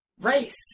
race